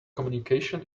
communication